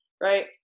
Right